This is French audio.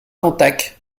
cantac